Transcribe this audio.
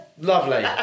lovely